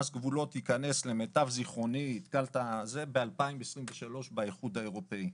מס גבולות ייכנס למיטב זכרוני ב-2023 באיחוד האירופאי,